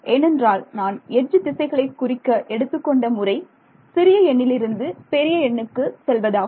ஏனென்றால் நான் எட்ஜ் திசைகளை குறிக்க எடுத்துக்கொண்ட முறை சிறிய எண்ணிலிருந்து பெரிய எண்ணுக்கு செல்வதாகும்